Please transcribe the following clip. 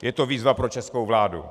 Je to výzva pro českou vládu.